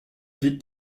ville